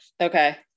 Okay